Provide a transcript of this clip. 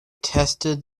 tested